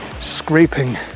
scraping